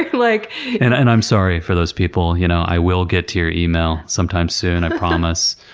like and and i'm sorry for those people, you know, i will get to your email sometime soon. i promise.